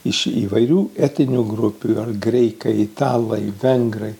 iš įvairių etninių grupių ar graikai italai vengrai